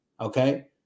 okay